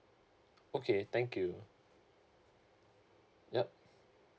okay thank you yup